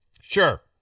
Sure